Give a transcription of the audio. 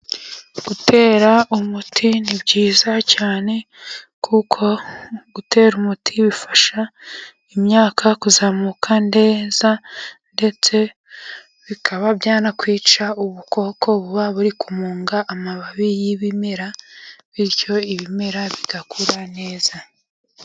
Gutera umuti ni byiza cyane, kuko gutera umuti bifasha imyaka kuzamuka neza, ndetse bikaba byanakwica ubukoko buba buri kumunga amababi y'ibimera bityo ibimera bigakura neza.